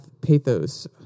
pathos